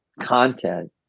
content